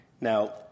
Now